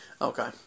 Okay